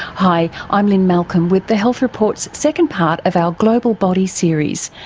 hi, i'm lynne malcolm with the health report's second part of our global body series,